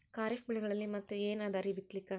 ಖರೀಫ್ ಬೆಳೆಗಳಲ್ಲಿ ಮತ್ ಏನ್ ಅದರೀ ಬಿತ್ತಲಿಕ್?